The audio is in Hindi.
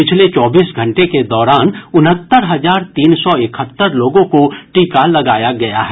पिछले चौबीस घंटे के दौरान उनहत्तर हजार तीन सौ इकहत्तर लोगों को टीका लगाया गया है